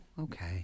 Okay